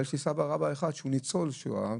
אבל יש לי סבא רבא אחד שהוא ניצול שואה,